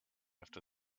after